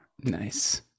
Nice